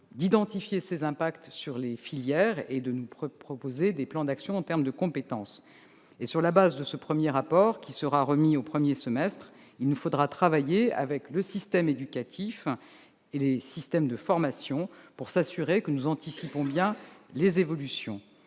d'identifier les impacts sur les filières et de nous proposer des plans d'action en termes d'évolution des compétences. Sur la base de ce premier rapport, qui sera remis au premier semestre, il nous faudra travailler avec le monde éducatif et les systèmes de formation pour nous assurer que nous anticipons bien les évolutions.